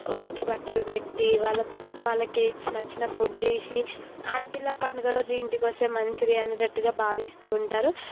వాళ్ళకి బట్టలు పెట్టి వాళ్ళక వాళ్ళకి ఇచ్చిన నచ్చిన ఫుడ్ చేసి ఆడపిల్ల పండుగ రోజు ఇంటికి వస్తే మంచిది అనేటట్టుగా భావిస్తూ ఉంటారు